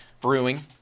brewing